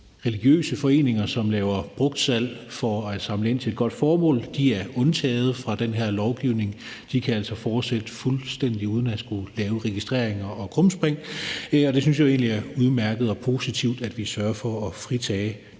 religiøse foreninger, som laver brugtsalg for at samle ind til et godt formål. De er undtaget fra den her lovgivning. De kan altså fortsætte fuldstændig uden at skulle lave registreringer og krumspring. Det synes jeg egentlig er udmærket og positivt, altså at vi sørger for at fritage